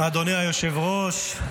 אדוני היושב-ראש,